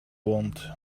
want